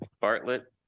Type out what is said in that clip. Bartlett